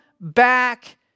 back